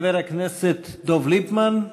חבר הכנסת דב ליפמן.